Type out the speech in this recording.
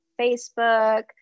Facebook